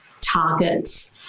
targets